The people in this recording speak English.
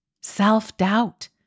self-doubt